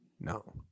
No